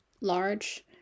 large